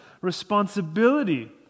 responsibility